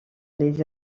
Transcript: les